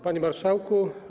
Panie Marszałku!